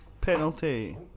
Penalty